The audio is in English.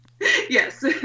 Yes